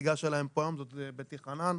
הנציגה שלהם פה היום זאת בטי חנן,